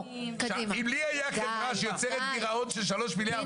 אם לי הייתה חברה שיוצרת גירעון של שלושה מיליארד שקל הייתי מפטר אותם.